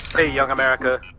hey, young america.